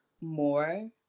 more